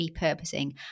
repurposing